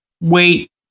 wait